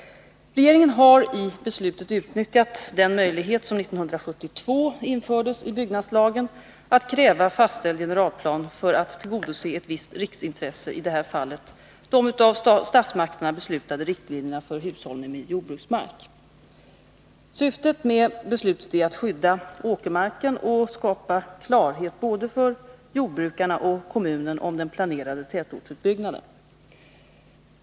Regeringen har 1 beslutet utnyttjat den möjlighet som 1972 infördes i byggnadslagen att kräva fastställd generalplan för att tillgodose ett visst riksintresse, i det här fallet att de av statsmakterna beslutade riktlinjerna för hushållningen med jordbruksmark följs. Syftet med beslutet är att skydda åkermarken och skapa klarhet för både jordbrukarna och kommunen om den planerade tätortsutbyggnaden.